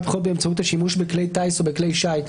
בחירות באמצעות השימוש בכלי טיס או בכלי שיט".